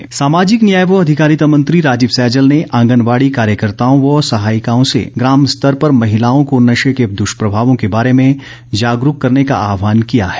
सैजल सामाजिक न्याय व अधिकारिता मंत्री राजीव सैजल ने आंगनबाड़ी कार्यकर्ताओं व सहायिकाओं से ग्राम स्तर पर महिलाओं को नशे के द्वष्प्रभावों के बारे में जागरूक करने का आहवान किया है